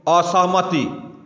असहमति